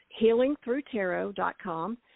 HealingThroughTarot.com